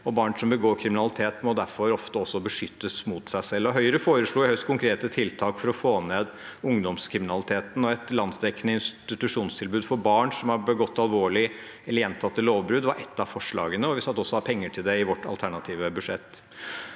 Barn som begår kriminalitet, må derfor ofte også beskyttes mot seg selv. Høyre foreslo i høst konkrete tiltak for å få ned ungdomskriminaliteten. Et landsdekkende institusjonstilbud for barn som har begått alvorlige eller gjentatte lovbrudd, var ett av forslagene, og vi satte også av penger til det i vårt alternative budsjett.